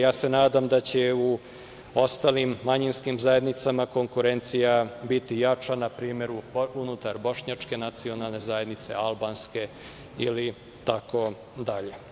Ja se nadam da će u ostalim manjinskim zajednicama konkurencija biti jača, npr. unutar bošnjačke nacionalne zajednice, albanske itd.